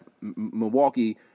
Milwaukee